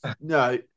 No